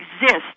exist